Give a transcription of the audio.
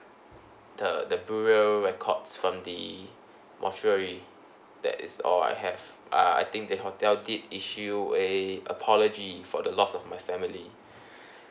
the the burial records from the mortuary that is all I have uh I think the hotel did issue a apology for the loss of my family